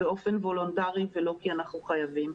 באופן וולונטרי ולא כי אנחנו חייבים,